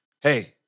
hey